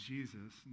Jesus